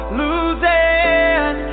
losing